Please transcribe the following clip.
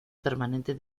permanente